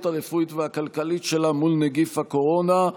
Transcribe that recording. הרפואית והכלכלית שלה מול נגיף הקורונה.